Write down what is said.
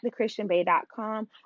thechristianbay.com